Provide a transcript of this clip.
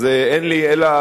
אז אין לי אלא,